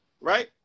right